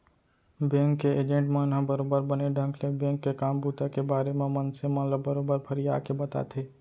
bank के agent मन ह बरोबर बने ढंग ले बेंक के काम बूता के बारे म मनसे मन ल बरोबर फरियाके बताथे